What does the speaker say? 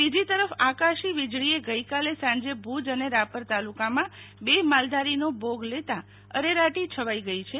બીજી તરફ આકાશી વીજળીએ આજે સાંજે ભુજ અને રાપર તાલુકામાં બે માલધારીનો ભોગ લેતાં અરેરાટી છવાઈ ગઈ છે